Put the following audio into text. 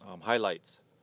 highlights